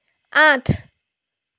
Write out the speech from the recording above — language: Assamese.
আঠ